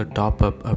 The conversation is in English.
top-up